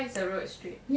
why is the road straight